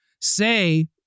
say